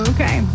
Okay